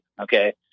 Okay